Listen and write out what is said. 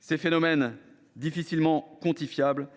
Ces phénomènes sont difficilement quantifiables,